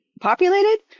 populated